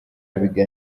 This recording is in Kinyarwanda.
ariko